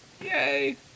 Yay